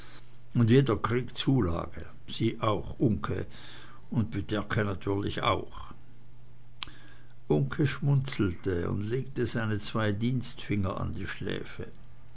und jeder kriegt zulage sie auch uncke und pyterke natürlich auch uncke schmunzelte und legte seine zwei dienstfinger an die schläfe